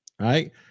right